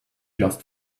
just